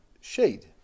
shade